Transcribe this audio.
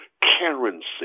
currency